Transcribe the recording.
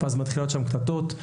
ואז מתחילות שם קטטות.